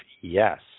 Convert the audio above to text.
Yes